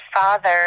father